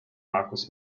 markus